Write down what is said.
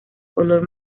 color